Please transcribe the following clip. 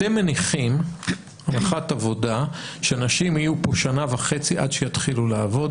אתם מניחים הנחת עבודה שאנשים יהיו פה שנה וחצי עד שיתחילו לעבוד.